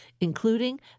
including